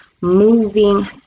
moving